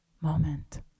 moment